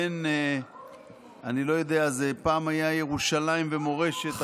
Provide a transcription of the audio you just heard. פעם זה היה ירושלים ומורשת,